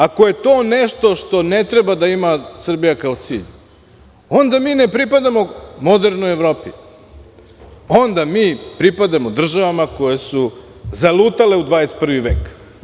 Ako je to nešto što ne treba da ima Srbija kao cilj, onda mi ne pripadamo modernoj Evropi, onda mi pripadamo državama koje su zalutale u 21. vek.